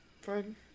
Fine